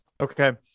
Okay